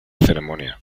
ceremonia